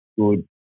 good